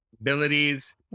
abilities